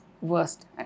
worst